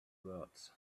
words